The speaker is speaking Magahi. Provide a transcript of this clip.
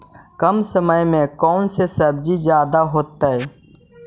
कम समय में कौन से सब्जी ज्यादा होतेई?